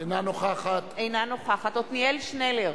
אינה נוכחת עתניאל שנלר,